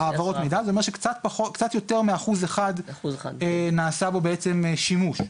-- קצת יותר מאחוז אחד נעשה בו בעצם שימוש.